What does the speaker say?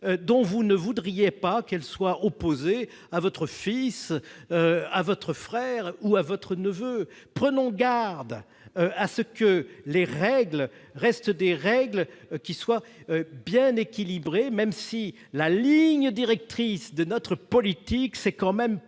que vous ne voudriez pas voir opposer à votre fils, à votre frère ou à votre neveu. Prenons garde à ce que les règles restent bien équilibrées, même si la ligne directrice de notre politique est quand même